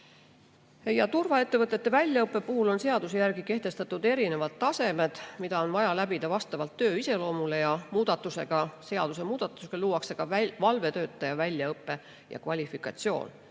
Turvaettevõtete väljaõppe kohta on seaduses kehtestatud erinevad tasemed, mis on vaja läbida vastavalt töö iseloomule. Seadusemuudatusega [kehtestatakse] ka valvetöötaja väljaõpe ja kvalifikatsioon